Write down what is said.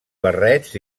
barrets